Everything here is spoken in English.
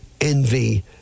envy